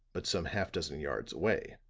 but some half dozen yards away